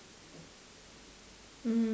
mm